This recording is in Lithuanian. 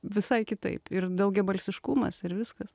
visai kitaip ir daugiabalsiškumas ir viskas